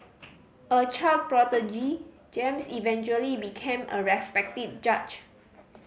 a child prodigy James eventually became a respected judge